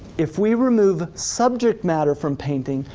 if we remove subject matter from painting,